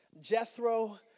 Jethro